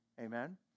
Amen